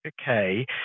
okay